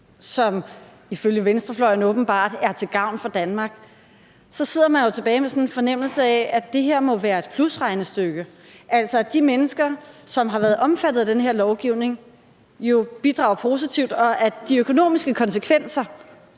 som ifølge venstrefløjen åbenbart er til gavn for Danmark, så sidder man jo tilbage med sådan en fornemmelse af, at det her må være et plusregnestykke, altså at de mennesker, som har været omfattet af den her lovgivning, bidrager positivt, og at de økonomiske konsekvenser